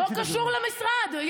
לא קשור למשרד.